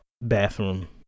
bathroom